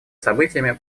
событиями